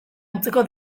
utziko